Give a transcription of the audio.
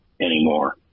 anymore